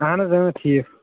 اَہَن حظ اۭں ٹھیٖک